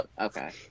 okay